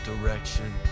direction